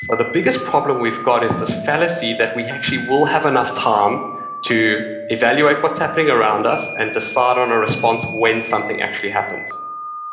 so the biggest problem we've got is this fallacy that we actually will have enough time to evaluate what's happening around us and decide on a response when something actually happens.